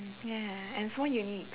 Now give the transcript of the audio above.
mm yeah and so unique